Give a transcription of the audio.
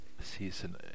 season